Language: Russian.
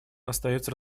остается